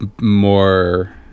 more